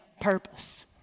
purpose